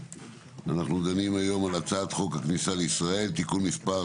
אנחנו דנים היום על הצעת חוק הכניסה לישראל (תיקון מס'